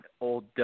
old